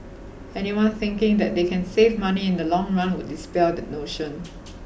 anyone thinking that they can save money in the long run would dispel that notion